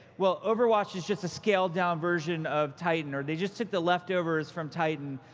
well, overwatch is just a scaled-down version of titan, or, they just took the leftovers from titan,